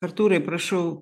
artūrai prašau